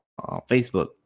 Facebook